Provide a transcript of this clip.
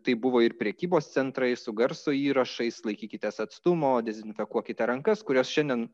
tai buvo ir prekybos centrai su garso įrašais laikykitės atstumo dezinfekuokite rankas kurios šiandien